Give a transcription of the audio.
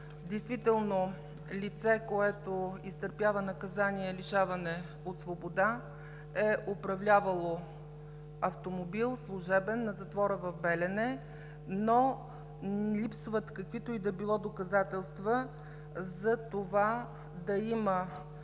Действително лице, което изтърпява наказание „лишаване от свобода“ е управлявало служебен автомобил на затвора в Белене, но липсват каквито и да било доказателства за това да има